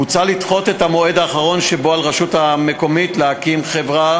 מוצע לדחות את המועד האחרון שבו על רשות מקומית להקים חברה